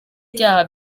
byaha